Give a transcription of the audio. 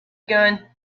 gun